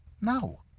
No